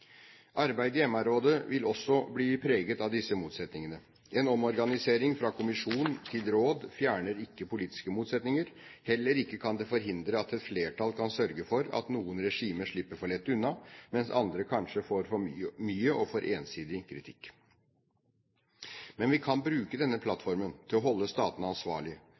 vil også bli preget av disse motsetningene. En omorganisering fra kommisjonen til rådet fjerner ikke politiske motsetninger. Heller ikke kan det forhindre at et flertall kan sørge for at noen regimer slipper for lett unna, mens andre kanskje får for mye og for ensidig kritikk. Men vi kan bruke denne plattformen til å holde